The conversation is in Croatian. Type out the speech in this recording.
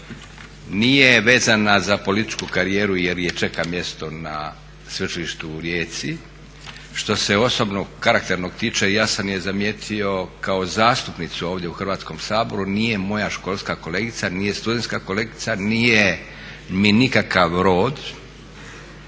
Nije vezana za političku karijeru jer je čeka mjesto na Sveučilištu u Rijeci. Što se osobnog, karakternog tiče, ja sam je zamijetio kao zastupnicu ovdje u Hrvatskom saboru, nije moja školska kolegica, nije studentska kolegica, nije mi nikakav rod